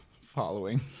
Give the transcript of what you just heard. following